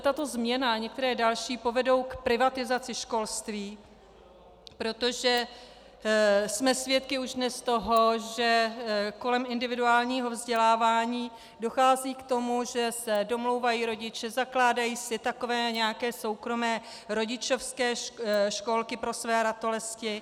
Tato změna a některé další povedou k privatizaci školství, protože už dnes jsme svědky toho, že kolem individuálního vzdělávání dochází k tomu, že se domlouvají rodiče, zakládají si takové nějaké soukromé rodičovské školky pro své ratolesti.